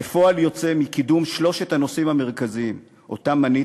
כפועל יוצא מקידום שלושת הנושאים המרכזיים שמניתי,